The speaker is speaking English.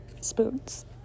spoons